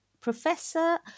professor